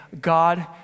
God